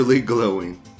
glowing